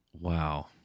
Wow